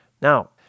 Now